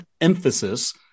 emphasis